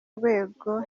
rwego